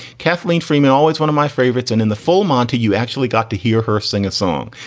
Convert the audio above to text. kathleen freeman, always one of my favorites. and in the full monty, you actually got to hear her sing a song.